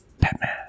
Batman